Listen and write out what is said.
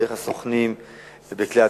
דרך הסוכנים ובכלי התקשורת.